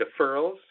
deferrals